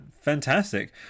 fantastic